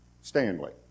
Stanley